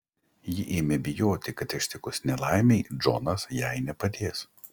ji ėmė bijoti kad ištikus nelaimei džonas jai nepadės